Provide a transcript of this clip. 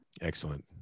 Excellent